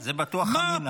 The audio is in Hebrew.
זה בטוח אמין,